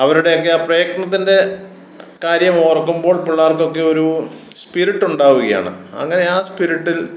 അവരുടെയൊക്കെ ആ പ്രയത്നത്തിൻ്റെ കാര്യം ഒർക്കുമ്പോൾ പിള്ളേർക്കൊക്കെ ഒരു സ്പിരിറ്റ് ഉണ്ടാവുകയാണ് അങ്ങനെ ആ സ്പിരിറ്റിൽ